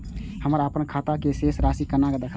हम अपन खाता के शेष राशि केना देखब?